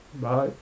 Bye